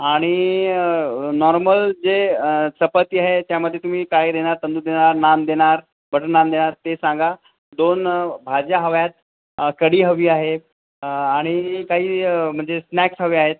आणि नॉर्मल जे चपाती आहे त्याच्यामध्ये तुम्ही काय देणार तंदूर देणार नान देणार बटर नान देणार ते सांगा दोन भाज्या हव्या आहेत कडी हवी आहे आणि काही म्हणजे स्नॅक्स हवे आहेत